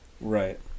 Right